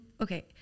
okay